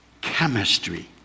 chemistry